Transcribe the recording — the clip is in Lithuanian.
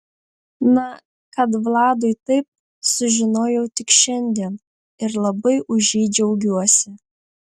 na kad vladui taip sužinojau tik šiandien ir labai už jį džiaugiuosi